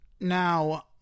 Now